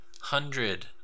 hundred